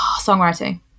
songwriting